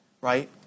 right